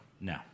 no